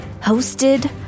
hosted